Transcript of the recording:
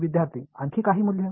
विद्यार्थी आणखी काही मूल्य